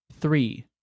Three